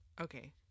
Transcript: Okay